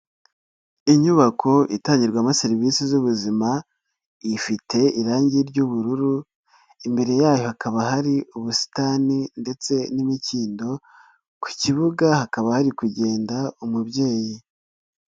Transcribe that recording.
Inyubako itangirwamo serivisi z'ubuzima, ifite irangi ry'ubururu imbere yayo hakaba hari ubusitani ndetse n'imikindo, ku kibuga hakaba hari kugenda umubyeyi.